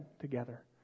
together